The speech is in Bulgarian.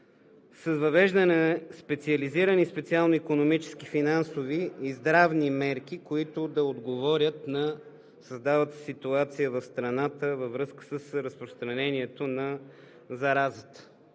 въвеждане на специализирани социално-икономически, финансови и здравни мерки, които да отговорят на създалата се ситуация в страната във връзка с разпространението на заразата.